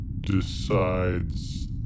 decides